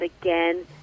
again